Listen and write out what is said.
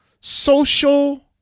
Social